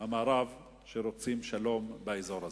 המערב שרוצות שלום באזור הזה.